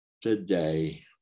today